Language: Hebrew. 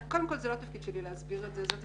זה לא תפקיד שלי להסביר זאת,